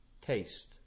Taste